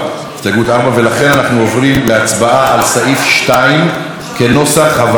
לכן, אנחנו עוברים להצבעה על סעיף 2 כנוסח הוועדה.